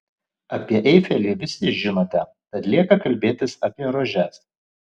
apie eifelį visi žinote tad lieka kalbėtis apie rožes